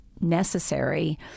necessary